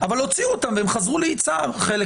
והם חזרו ליצהר, חלק